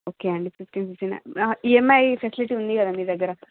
okay అండి fifteen నుంచే ఆ ఈఎంఐ ఫెసిలిటీ ఉంది కదా మీ దగ్గర